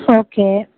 சரி ஓகே